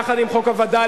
יחד עם חוק הווד"לים,